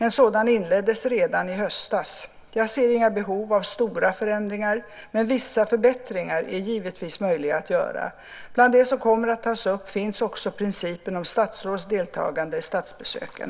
En sådan inleddes redan i höstas. Jag ser inga behov av stora förändringar, men vissa förbättringar är givetvis möjliga att göra. Bland det som kommer att tas upp finns också principen om statsråds deltagande i statsbesöken.